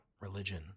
religion